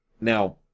Now